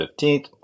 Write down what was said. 15th